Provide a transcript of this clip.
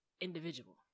individual